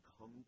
come